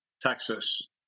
Texas